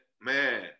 man